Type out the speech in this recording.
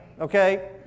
Okay